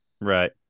right